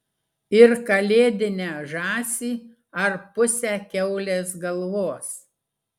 ir kalėdinę žąsį ar pusę kiaulės galvos